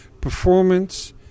performance